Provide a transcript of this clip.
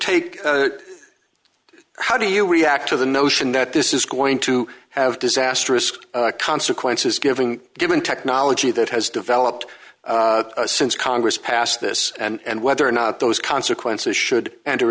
take how do you react to the notion that this is going to have disastrous consequences giving given technology that has developed since congress passed this and whether or not those consequences should enter